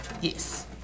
Yes